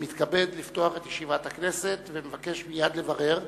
אני מתכבד לפתוח את ישיבת הכנסת, ומבקש מייד לברר